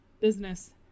business